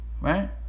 right